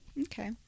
Okay